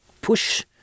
push